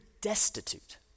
destitute